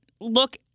look